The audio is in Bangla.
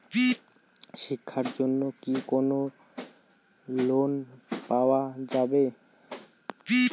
শিক্ষার জন্যে কি কোনো লোন পাওয়া যাবে?